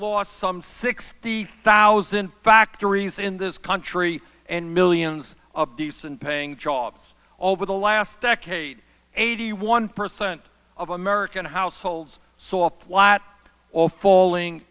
lost some sixty thousand factories in this country and millions of decent paying jobs over the last decade eighty one percent of american households saw plot or falling